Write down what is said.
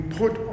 put